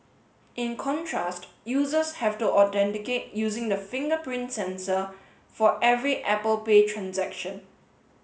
in contrast users have to authenticate using the fingerprint sensor for every Apple Pay transaction